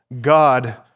God